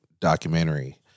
documentary